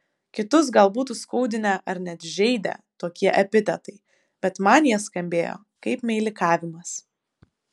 kitus gal būtų skaudinę ar net žeidę tokie epitetai bet man jie skambėjo kaip meilikavimas